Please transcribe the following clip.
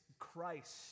Christ